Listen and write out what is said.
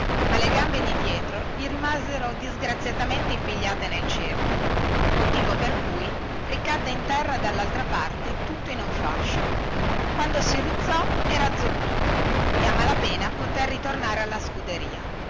ma le gambe di dietro gli rimasero disgraziatamente impigliate nel cerchio motivo per cui ricadde in terra dallaltra parte tutto in un fascio quando si rizzò era azzoppito e a malapena poté ritornare alla scuderia